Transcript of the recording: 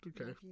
Okay